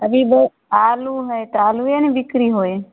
अभी आलू हइ तऽ आलुए ने बिक्री होइ